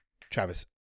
Travis